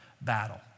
battle